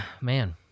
Man